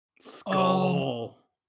Skull